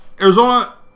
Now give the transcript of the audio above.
Arizona